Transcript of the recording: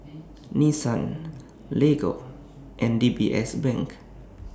Nissan Lego and D B S Bank